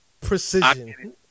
precision